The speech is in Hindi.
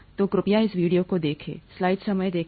तो कृपया इस वीडियो को देखें